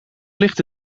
ligt